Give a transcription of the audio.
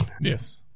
yes